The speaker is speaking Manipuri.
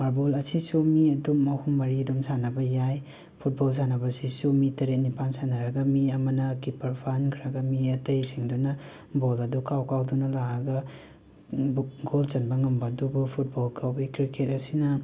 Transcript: ꯃꯥꯔꯕꯣꯜ ꯑꯁꯤꯁꯨ ꯃꯤ ꯑꯗꯨꯝ ꯑꯍꯨꯝ ꯃꯔꯤ ꯑꯗꯨꯝ ꯁꯥꯅꯕ ꯌꯥꯏ ꯐꯨꯠꯕꯣꯜ ꯁꯥꯅꯕꯁꯤꯁꯨ ꯃꯤ ꯇꯔꯦꯠ ꯅꯤꯄꯥꯟ ꯁꯥꯅꯔꯒ ꯃꯤ ꯑꯃꯅ ꯀꯤꯄꯔ ꯐꯝꯈ꯭ꯔꯒ ꯃꯤ ꯑꯇꯩꯁꯤꯡꯗꯨꯅ ꯕꯣꯜ ꯑꯗꯨ ꯀꯥꯎ ꯀꯥꯎꯗꯨꯅ ꯂꯥꯛꯑꯒ ꯕꯨꯛ ꯒꯣꯜ ꯆꯟꯕ ꯉꯝꯕ ꯑꯗꯨꯕꯨ ꯐꯨꯠꯕꯣꯜ ꯀꯧꯋꯤ ꯀ꯭ꯔꯤꯀꯦꯠ ꯑꯁꯤꯅ